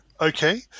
Okay